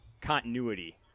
continuity